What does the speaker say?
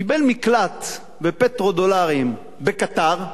קיבל מקלט ופטרו-דולרים בקטאר,